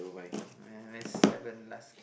my last haven't last